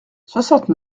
soixante